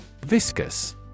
Viscous